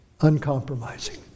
Uncompromising